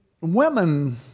women